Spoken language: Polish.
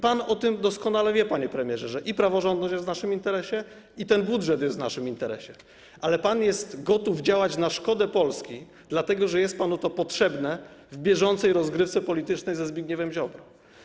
Pan doskonale wie, panie premierze, że i praworządność jest w naszym interesie, i ten budżet jest w naszym interesie, ale pan jest gotów działać na szkodę Polski, dlatego że jest panu to potrzebne w bieżącej rozgrywce politycznej ze Zbigniewem Ziobrą.